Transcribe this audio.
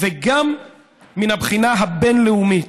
וגם מהבחינה הבין-לאומית,